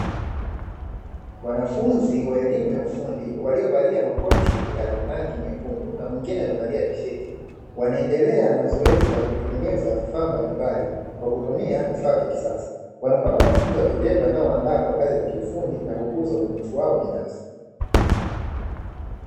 Wanafunzi wa elimu ya ufundi waliovalia makoti ya rangi nyekundu na mwingine amevalia tisheti, wanaendelea na zoezi la kutengeneza vifaa mbalimbali kwa kutumia vifaa vya kisasa, wanapata mafunzo ya vitendo yanayowandaa kwa kazi za kiufundi na kukuza ubunifu wao binafsi.